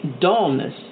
Dullness